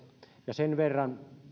ja sen verran